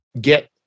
get